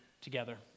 together